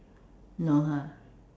know her